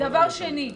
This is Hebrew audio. דבר שני,